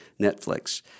Netflix